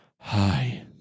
hi